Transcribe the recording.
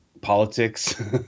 politics